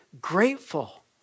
grateful